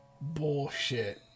Bullshit